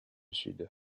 sud